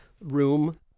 room